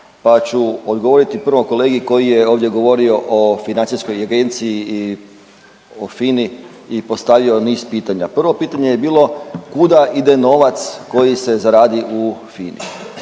pa ću odgovoriti prvo kolegi koji je ovdje govorio o Financijskoj agenciji i o FINA-i i postavio niz pitanja. Prvo pitanje je bilo kuda ide novac koji se zaradi u FINA-i?